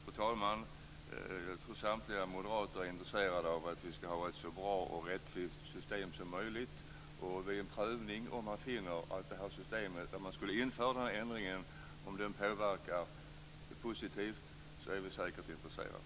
Fru talman! Jag tror att samtliga moderater är intresserade av att vi skall ha ett så bra och rättvist system som möjligt. Om man vid en prövning finner att man skall införa denna ändring i systemet, om den påverkar positivt, är vi säkert intresserade.